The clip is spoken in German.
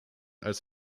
als